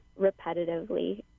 repetitively